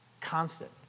Constant